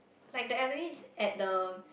like the elderlies at the